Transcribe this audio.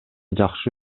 жакшы